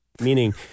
Meaning